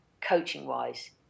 coaching-wise